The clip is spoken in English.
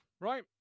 right